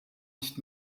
nicht